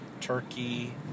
turkey